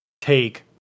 take